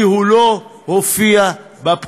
כי הוא לא הופיע בפקודה.